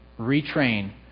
retrain